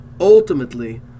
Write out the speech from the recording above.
ultimately